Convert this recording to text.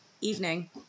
evening